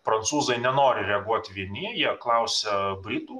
prancūzai nenori reaguot vieni jie klausia britų